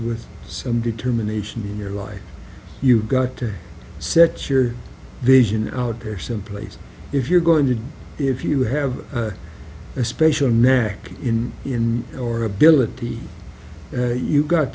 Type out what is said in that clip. with some determination in your life you've got to set your vision out there someplace if you're going to if you have a special knack in in your ability you got